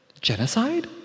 genocide